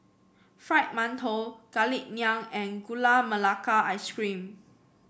Fried Mantou Garlic Naan and Gula Melaka Ice Cream